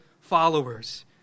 followers